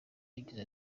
yagize